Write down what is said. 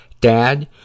Dad